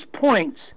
points